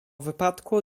wypadku